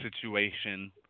situation